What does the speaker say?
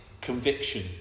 conviction